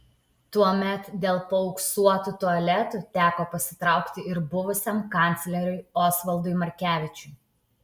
tuomet dėl paauksuotų tualetų teko pasitraukti ir buvusiam kancleriui osvaldui markevičiui